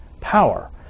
power